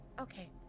Okay